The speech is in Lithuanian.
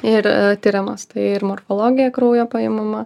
ir tiriamas tai ir morfologija kraujo paimama